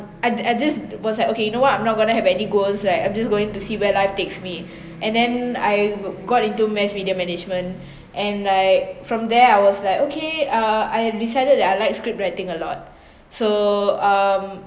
I I just was like okay you know what I'm not have any goals like I'm just going to see where life takes me and then I got into mass media management and like from there I was like okay uh I have decided that I like script writing a lot so um